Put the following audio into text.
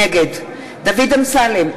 נגד דוד אמסלם,